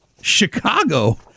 Chicago